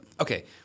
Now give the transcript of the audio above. okay